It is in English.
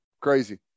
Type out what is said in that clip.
Crazy